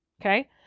Okay